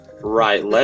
right